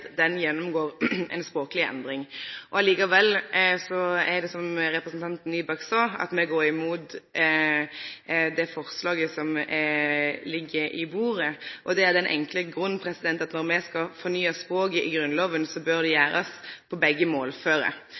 den gjennomgår ei språkleg endring. Likevel går me, som representanten Nybakk sa, imot det forslaget som ligg på bordet, og det er av den enkle grunn at når me skal fornye språket i Grunnloven, bør det gjerast på begge målføre.